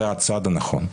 זה הצעד הנכון.